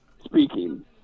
Speaking